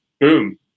boom